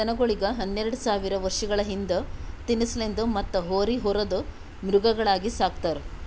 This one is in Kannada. ದನಗೋಳಿಗ್ ಹನ್ನೆರಡ ಸಾವಿರ್ ವರ್ಷಗಳ ಹಿಂದ ತಿನಸಲೆಂದ್ ಮತ್ತ್ ಹೋರಿ ಹೊರದ್ ಮೃಗಗಳಾಗಿ ಸಕ್ತಾರ್